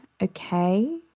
okay